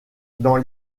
dans